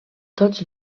tots